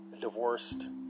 divorced